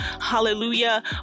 hallelujah